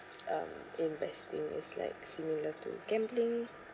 um investing is like similar to gambling